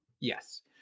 yes